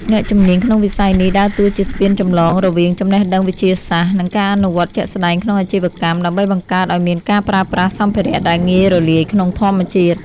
អ្នកជំនាញក្នុងវិស័យនេះដើរតួជាស្ពានចម្លងរវាងចំណេះដឹងវិទ្យាសាស្ត្រ និងការអនុវត្តជាក់ស្ដែងក្នុងអាជីវកម្ម ដើម្បីបង្កើតឱ្យមានការប្រើប្រាស់សម្ភារៈដែលងាយរលាយក្នុងធម្មជាតិ។